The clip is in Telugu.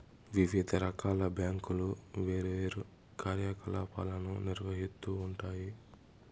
వివిధ రకాల బ్యాంకులు వేర్వేరు కార్యకలాపాలను నిర్వహిత్తూ ఉంటాయి